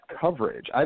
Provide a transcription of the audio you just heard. coverage